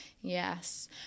yes